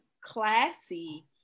classy